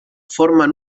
formen